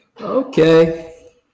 Okay